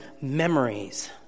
memories